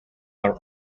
are